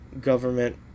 government